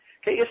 Okay